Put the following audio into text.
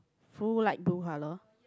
full light blue colour